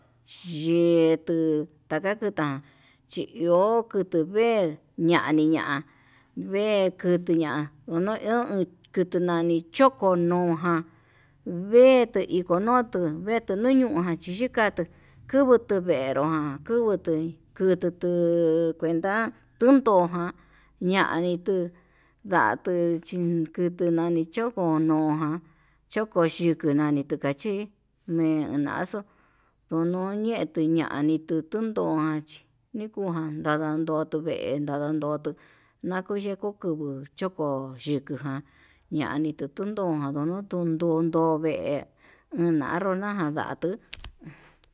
Ye'e tuu takakutan ndi iho kutuu ve'e, ñani ña'a vee kutu ña'a no iho kutu nani choto ño'o, ján vete kutu ñotu vetu ñunu ján chichika tuu kubutu vernu ján kungutu kututu kuenta, tuntu ján ñani kuu ndatuu kuenta nani choko unuján choko xhiko nani tikachí ñe'e ñaxuu nunñe tuu nani tuu antuan chí, kujan nadandotu veendu nadadoton nakuyeku kubuu choko yikoján ñanii tundun ndungutun nduu tunduntun ve'e unaronajan ndatuu.